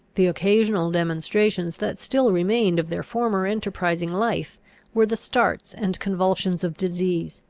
the occasional demonstrations that still remained of their former enterprising life were the starts and convulsions of disease,